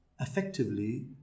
effectively